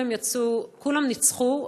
כולם ניצחו,